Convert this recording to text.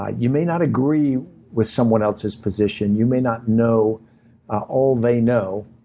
ah you may not agree with someone else's position. you may not know all they know.